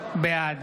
בעד